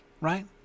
Right